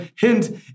hint